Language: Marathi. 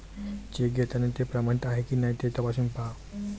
चेक घेताना ते प्रमाणित आहे की नाही ते तपासून पाहा